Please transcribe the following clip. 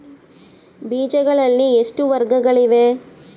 ಬೇಜಗಳಲ್ಲಿ ಎಷ್ಟು ವರ್ಗಗಳಿವೆ?